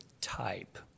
type